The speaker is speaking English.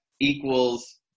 equals